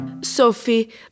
Sophie